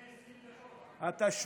מיקי, אמרת את זה לפני 20 דקות.